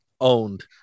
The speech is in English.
Owned